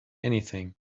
anything